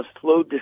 slow